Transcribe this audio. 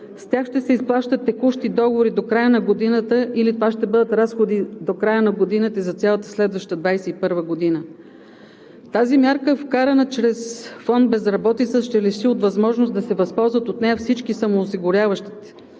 С тях ще се изплащат текущи договори до края на годината, или това ще бъдат разходи до края на годината и за цялата следваща – 2021 г. Тази мярка, вкарана чрез фонд „Безработица“, ще лиши от възможност да се възползват от нея всички самоосигуряващи